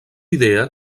idea